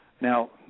Now